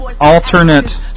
alternate